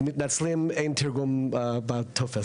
אנחנו מתנצלים, אין תרגום בטופס.